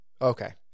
Okay